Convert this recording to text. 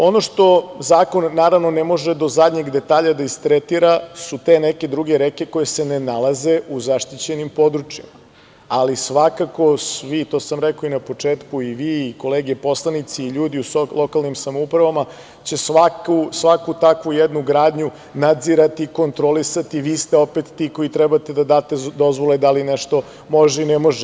Ono što zakon, naravno, ne može do zadnjeg detalja da istretira su te neke druge reke koje se ne nalaze u zaštićenim područjima, ali svakako svi, to sam rekao i na početku, i vi i kolege poslanici i ljudi u lokalnim samoupravama će svaku takvu jednu gradnju nadzirati, kontrolisati, vi ste opet ti koje treba da date dozvole da li nešto može ili ne može.